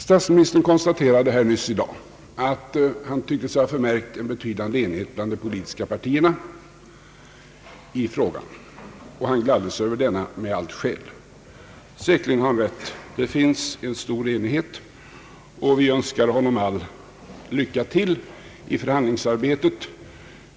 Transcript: Statsministern konstaterade i dag att han tyckte sig ha märkt en betydande enighet bland de politiska partierna, och han gladde sig över denna med allt skäl. Säkerligen har han rätt. Det finns en stor enighet, och vi önskar statsministern lycka till i förhandlingsarbetet.